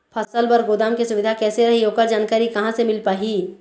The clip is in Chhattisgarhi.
फसल बर गोदाम के सुविधा कैसे रही ओकर जानकारी कहा से मिल पाही?